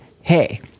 Hey